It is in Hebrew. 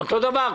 אותו דבר.